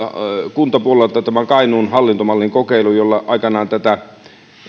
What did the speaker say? kuntapuolelta tämän kainuun hallintomallin kokeilun jolla aikanaan näitä